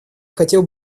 хотел